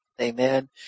Amen